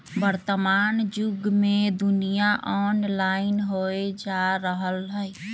वर्तमान जुग में दुनिया ऑनलाइन होय जा रहल हइ